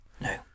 No